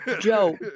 Joe